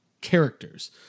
characters